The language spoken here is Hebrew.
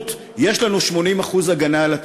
בדמות "יש לנו 80% הגנה על התושבים".